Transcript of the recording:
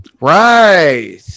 right